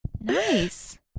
Nice